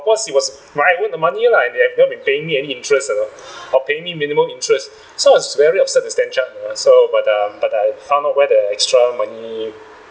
cause it was my own money lah and they haven't been paying me any interest you know or paying me minimum interest so I was very upset with stan chart you know so but um but I found out where the extra money